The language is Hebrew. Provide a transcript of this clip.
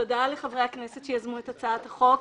תודה לחברי הכנסת שיזמו את הצעת החוק.